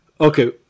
Okay